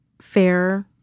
fair